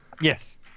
Yes